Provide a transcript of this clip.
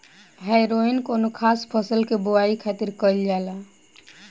हैरोइन कौनो खास फसल के बोआई खातिर कईल जाला